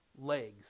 Legs